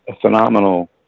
phenomenal